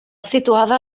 situada